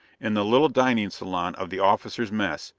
in the little dining salon of the officers' mess,